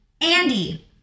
Andy